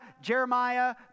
Jeremiah